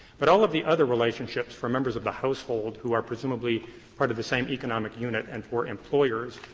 but all of the other relationships for members of the household, who are presumably part of the same economic unit, and for employers,